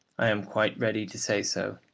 i am quite ready to say so.